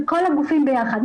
של כל הגופים ביחד,